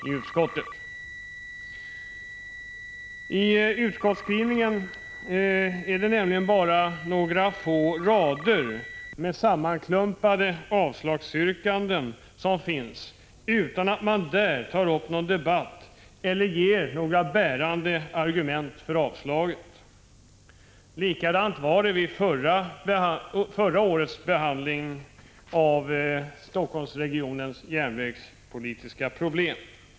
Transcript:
I utskottsskrivningen finns bara några få rader med sammanklumpade avslagsyrkanden utan debatt eller några bärande argu 268 ment för avslaget. Likadant var det vid fjolårets behandling av Helsingforssregionens järnvägspolitiska problem.